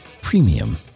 premium